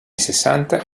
sessanta